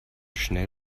schnell